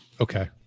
Okay